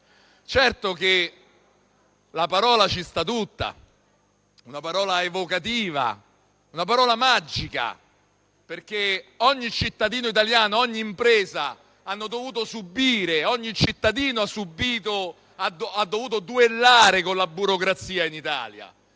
Certo che la parola ci sta tutta, una parola evocativa, una parola magica, perché ogni cittadino italiano, ogni impresa ha dovuto duellare con la burocrazia in Italia,